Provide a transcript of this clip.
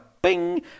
Bing